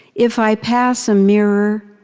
if i pass a mirror,